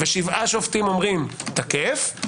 ושבעה שופטים אומרים: תקף,